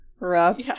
Rough